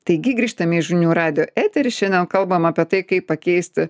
taigi grįžtame į žinių radijo eterį šiandien kalbam apie tai kaip pakeisti